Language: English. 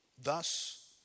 thus